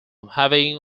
having